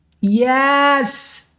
yes